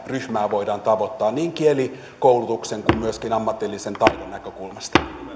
ryhmää voidaan tavoittaa niin kielikoulutuksen kuin myöskin ammatillisen taidon näkökulmasta